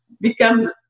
becomes